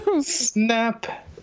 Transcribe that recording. Snap